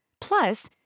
Plus